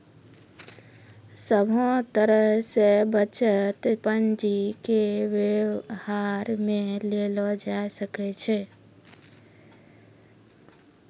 सभे तरह से बचत पंजीके वेवहार मे लेलो जाय सकै छै